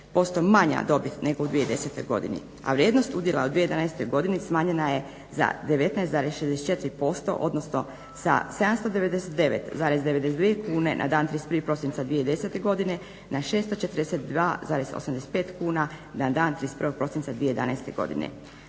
manja dobit nego u 2010.godini, a vrijednost udjela u 2011.godini smanjena je za 19,64% odnosno sa 779,92 kune na dan 31.prosinca 2010.godine na 642,85 kuna na dan 31.prosinca 2011.godine.